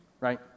right